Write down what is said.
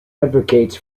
advocates